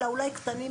אלא אולי קטנים,